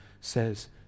says